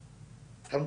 אותה,